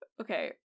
Okay